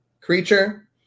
creature